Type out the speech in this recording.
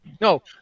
No